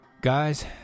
guys